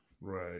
Right